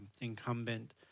incumbent